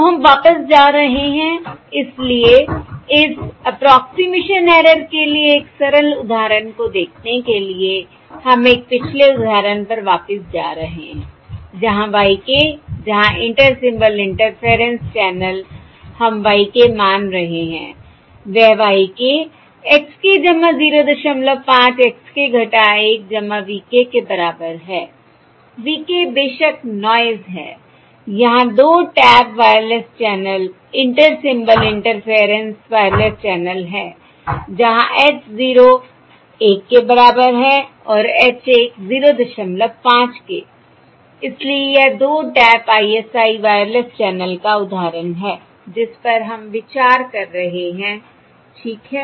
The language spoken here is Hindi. तो हम वापस जा रहे हैं इसलिए इस अप्रोक्सिमेशन ऐरर के लिए एक सरल उदाहरण को देखने के लिए हम एक पिछले उदाहरण पर वापस जा रहे हैं जहां y k जहां इंटर सिंबल इंटरफेयरेंस चैनल हम y k मान रहे हैं वह y k x k 05 x k 1 v k के बराबर है v k बेशक नॉयस है I यहां 2 tap wireless channel inter symbol interference wireless channel है जहां h 0 1 के बराबर है और h 1 05 के इसलिए यह 2 टैप ISI वायरलेस चैनल का उदाहरण है जिस पर हम विचार कर रहे हैं ठीक है